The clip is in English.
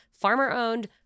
Farmer-owned